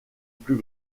plus